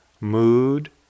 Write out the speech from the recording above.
mood